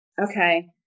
Okay